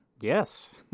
Yes